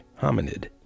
hominid